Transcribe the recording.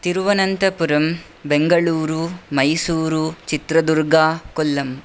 Thiruvananthapuram Bengaluru Mysuru Chitradurga Kollam